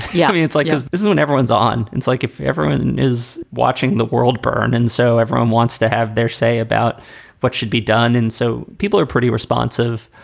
yeah. i mean, it's like this is when everyone's on. it's like if everyone is watching the world burn. and so everyone wants to have their say about what should be done. and so people are pretty responsive.